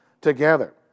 together